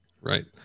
Right